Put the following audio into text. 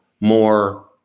more